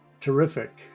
terrific